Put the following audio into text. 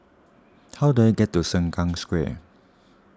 how do I get to Sengkang Square